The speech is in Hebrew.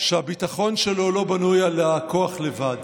שהביטחון שלו לא בנוי על הכוח לבד.